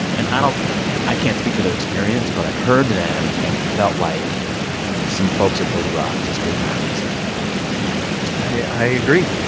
and i don't i can't speak to their experience, but i heard them, and it felt like some folks at thirty rock just did not listen to that i agree.